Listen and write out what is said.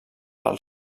pel